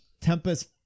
Tempest